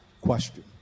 question